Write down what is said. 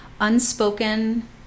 unspoken